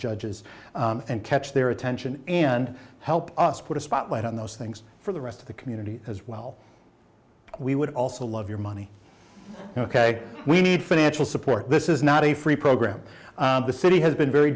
judges and catch their attention and help us put a spotlight on those things for the rest of the community as well we would also love your money ok we need financial support this is not a free program the city has been very